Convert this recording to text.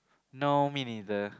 no mean the